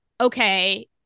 okay